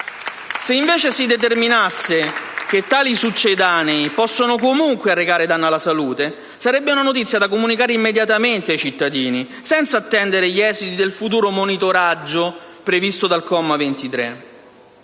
Se invece si determinasse che tali succedanei possono comunque arrecare danno alla salute, sarebbe una notizia da comunicare immediatamente ai cittadini, senza attendere gli esiti del futuro monitoraggio previsto dal comma 23.